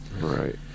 right